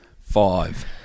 Five